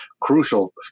crucial